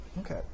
Okay